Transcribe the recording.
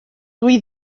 dwy